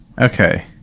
Okay